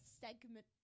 segment